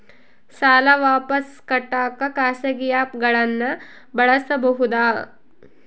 ಸಾಲ ವಾಪಸ್ ಕಟ್ಟಕ ಖಾಸಗಿ ಆ್ಯಪ್ ಗಳನ್ನ ಬಳಸಬಹದಾ?